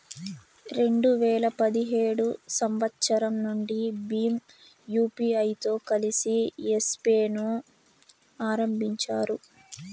రెండు వేల పదిహేడు సంవచ్చరం నుండి భీమ్ యూపీఐతో కలిసి యెస్ పే ను ఆరంభించారు